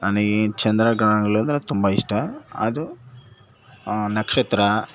ನನಗೆ ಚಂದ್ರ ಗ್ರಹಗಳಂದರೆ ತುಂಬ ಇಷ್ಟ ಅದು ನಕ್ಷತ್ರ